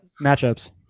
matchups